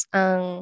ang